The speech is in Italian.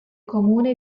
comune